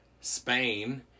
Spain